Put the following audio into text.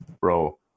Bro